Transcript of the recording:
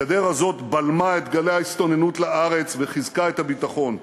הגדר הזאת בלמה את גלי ההסתננות לארץ וחיזקה את הביטחון.